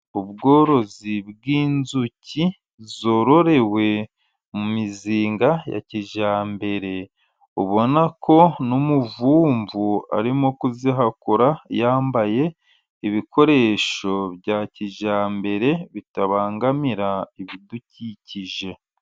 Ubworozi bw'inzuki zororewe mu mizinga ya kijyambere, ubona ko n'umuvumvu arimo kuzihagura, yambaye ibikoresho bya kijyambere bitabangamira ibidukikije.